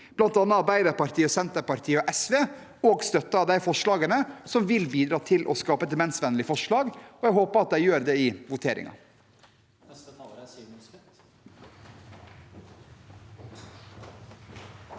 bl.a. Arbeiderpartiet, Senterpartiet og SV, også støtter de forslagene, som vil bidra til å skape et demensvennlig samfunn, og jeg håper at de gjør det i voteringen.